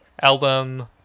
album